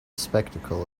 spectacle